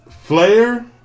Flair